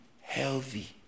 healthy